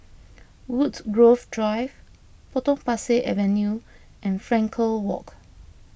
Woodgrove Drive Potong Pasir Avenue and Frankel Walk